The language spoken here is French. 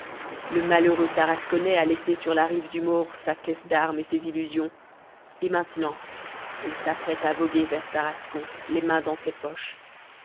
le malheureux tarasconnais a laissé sur la rive du maure sa caisse d'armes et ses illusions et maintenant il s'apprête à voguer vers tarascon les mains dans ses poches